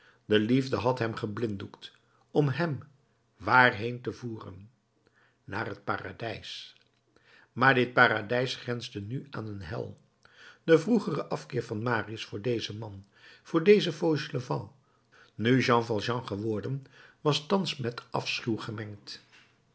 de liefde had hem geblinddoekt om hem waarheen te voeren naar het paradijs maar dit paradijs grensde nu aan een hel de vroegere afkeer van marius voor dezen man voor dezen fauchelevent nu jean valjean geworden was thans met afschuw gemengd